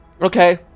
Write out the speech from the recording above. Okay